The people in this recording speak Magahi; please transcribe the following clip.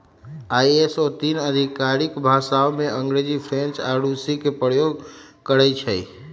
आई.एस.ओ तीन आधिकारिक भाषामें अंग्रेजी, फ्रेंच आऽ रूसी के प्रयोग करइ छै